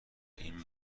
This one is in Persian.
این